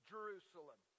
Jerusalem